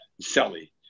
Sally